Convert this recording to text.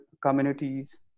communities